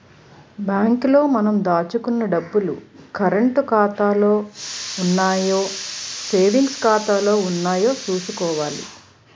bank లో మనం దాచుకున్న డబ్బులు కరంటు ఖాతాలో ఉన్నాయో సేవింగ్స్ ఖాతాలో ఉన్నాయో చూసుకోవాలి